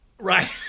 Right